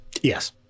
Yes